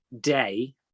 day